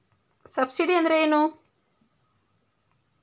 Subsidy ಅಂದ್ರೆ ಏನು?